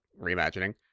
reimagining